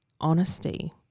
honesty